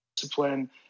discipline